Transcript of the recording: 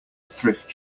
thrift